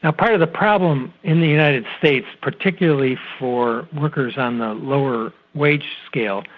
ah part of the problem in the united states, particularly for workers on the lower wage scale,